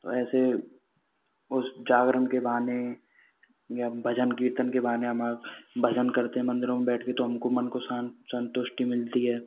ऐसे उस जागरण के बहाने भजन कीर्तन के बहाने हम भजन करते हैं मंदिरों में बैठ के तो हमको मन को संतुष्टी मिलती है